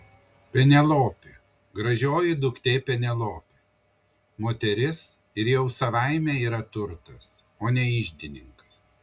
penelopė gražioji duktė penelopė moteris ir jau savaime yra turtas o ne iždininkas